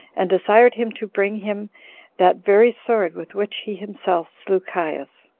and desired him to bring him that very sword with which he himself slew caius.